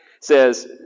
says